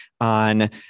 on